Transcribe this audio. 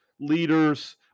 leaders